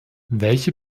welche